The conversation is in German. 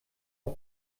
auf